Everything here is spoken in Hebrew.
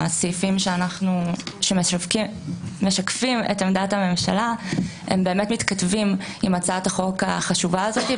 הסעיפים שמשקפים את עמדת הממשלה מתכתבים עם הצעת החוק החשובה הזאת,